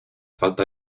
falta